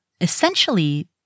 essentially